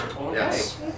Yes